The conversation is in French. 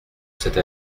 cette